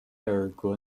尔格